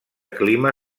clima